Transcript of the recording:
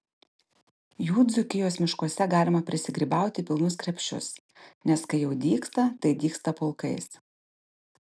jų dzūkijos miškuose galima prisigrybauti pilnus krepšius nes kai jau dygsta tai dygsta pulkais